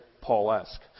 Paul-esque